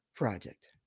project